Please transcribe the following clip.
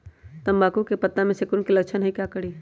तम्बाकू के पत्ता में सिकुड़न के लक्षण हई का करी?